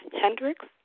Hendricks